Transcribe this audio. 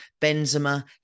Benzema